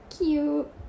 Cute